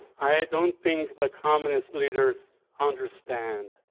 i don't think the communist leaders understand